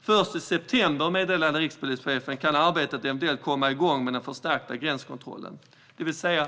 Först i september, meddelade rikspolischefen, kan arbetet med den förstärkta gränskontrollen eventuellt komma igång.